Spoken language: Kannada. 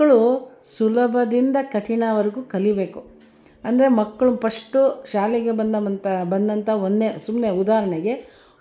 ಮಕ್ಕಳು ಸುಲಭದಿಂದ ಕಠಿಣವರೆಗು ಕಲಿಬೇಕು ಅಂದರೆ ಮಕ್ಕಳು ಫಸ್ಟು ಶಾಲೆಗೆ ಬಂದ ಮಂತ ಬಂದಂಥ ಒಂದ್ನೇ ಸುಮ್ಮನೆ ಉದಾಹರ್ಣೆಗೆ